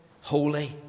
holy